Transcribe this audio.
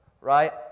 Right